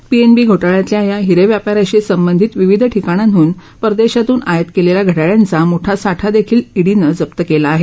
PNB घोटाळ्यातल्या या हिरे व्यापा याशी संबंधित विविध ठिकाणाहून परदेशातून आयात केलेल्या घड्याळांचा मोठा साठा देखिल ईडीनं जप्त केला आहे